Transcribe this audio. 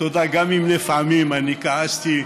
תודה, גם אם לפעמים אני כעסתי,